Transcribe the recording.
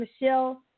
Michelle